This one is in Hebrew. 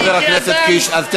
חבר הכנסת קיש.